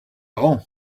ran